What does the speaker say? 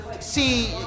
see